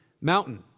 mountain